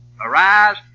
Arise